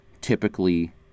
typically